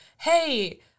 hey